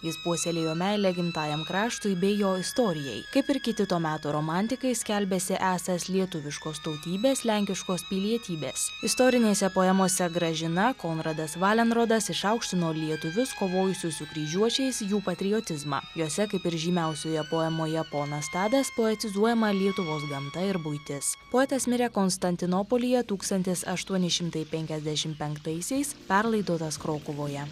jis puoselėjo meilę gimtajam kraštui bei jo istorijai kaip ir kiti to meto romantikai skelbėsi esąs lietuviškos tautybės lenkiškos pilietybės istorinėse poemose gražiną konradas valenrodas išaukštino lietuvius kovojusius su kryžiuočiais jų patriotizmą jose kaip ir žymiausioje poemoje ponas tadas poetizuojama lietuvos gamta ir buitis poetas mirė konstantinopolyje tūkstantis aštuoni šimtai penkiasdešim penktaisiais perlaidotas krokuvoje